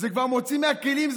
זה כבר מוציא מהכלים.